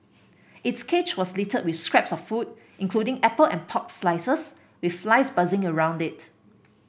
its cage was littered with scraps of food including apple and pork slices with flies buzzing around it